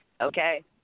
Okay